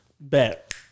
Bet